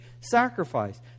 sacrifice